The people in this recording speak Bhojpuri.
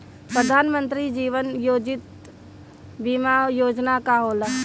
प्रधानमंत्री जीवन ज्योति बीमा योजना का होला?